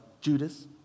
Judas